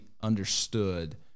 understood